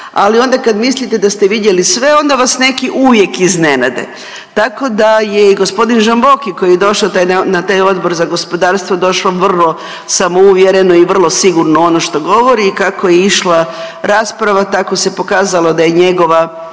ali onda kad mislite da ste vidjeli sve onda vas neki uvijek iznenade. Tako da je i gospodin Žamboki koji je došao na taj Odbor za gospodarstvo došao vrlo samouvjereno i vrlo sigurno u ono što govori i kako je išla rasprava tako se pokazalo da je njegova